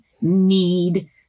need